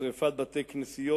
שרפת בתי-כנסיות